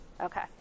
okay